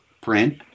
print